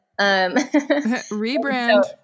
Rebrand